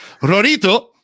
Rorito